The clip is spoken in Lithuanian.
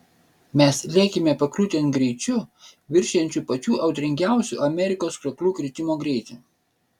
mes lėkėme pakriūtėn greičiu viršijančiu pačių audringiausių amerikos krioklių kritimo greitį